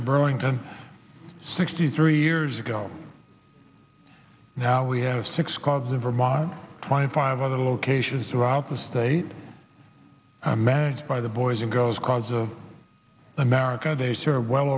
at burlington sixty three years ago now we have six clubs in vermont twenty five other locations throughout the state managed by the boys and girls cause of america they serve well